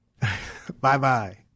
Bye-bye